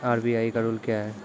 RBI का rule क्या हैं?